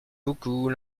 beaucoup